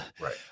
right